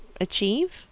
achieve